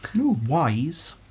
wise